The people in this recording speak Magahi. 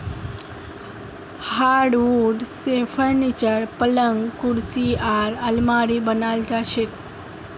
हार्डवुड स फर्नीचर, पलंग कुर्सी आर आलमारी बनाल जा छेक